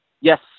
yes